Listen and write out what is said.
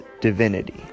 divinity